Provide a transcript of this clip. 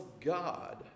God